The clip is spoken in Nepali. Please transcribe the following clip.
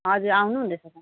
हजुर आउनु हुँदैछ त